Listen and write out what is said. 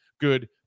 good